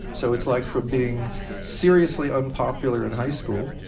so it's like from being seriously unpopular in high school